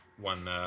one